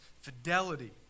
fidelity